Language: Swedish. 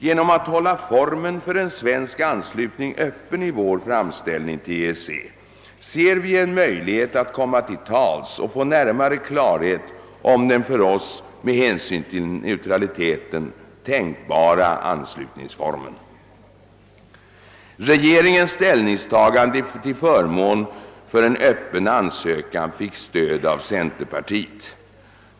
Genom att hålla formen för en svensk anslutning öppen i vår framställning till EEC ser vi en möjlighet att komma till tals och få närmare klarhet om den för oss med hänsyn till neutraliteten tänkbara anslutningsformen. Regeringens ställningstagande till förmån för en öppen ansökan fick stöd av centerpartiet.